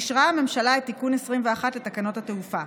אישרה הממשלה את תיקון 21 לתקנות התעופה.